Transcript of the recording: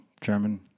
German